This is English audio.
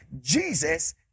Jesus